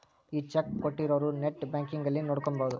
ಈ ಚೆಕ್ ಕೋಟ್ಟಿರೊರು net banking ಅಲ್ಲಿ ನೋಡ್ಕೊಬೊದು